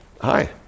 Hi